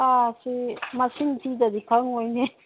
ꯁꯥꯁꯤ ꯃꯁꯤꯡ ꯊꯤꯗ꯭ꯔꯗꯤ ꯈꯪꯂꯣꯏꯅꯦ